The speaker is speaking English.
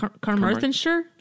Carmarthenshire